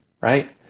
Right